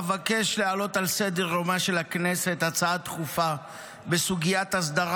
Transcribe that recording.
אבקש להעלות על סדר-יומה של הכנסת הצעה דחופה בסוגיית הסדרת